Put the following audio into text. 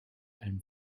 and